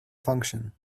function